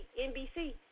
nbc